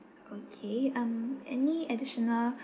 okay um any additional